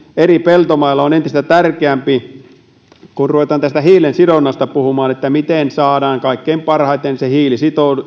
eri peltomailla on entistä tärkeämpää kun ruvetaan tästä hiilensidonnasta puhumaan siitä miten saadaan kaikkein parhaiten se hiili